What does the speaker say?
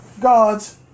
god's